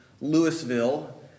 Louisville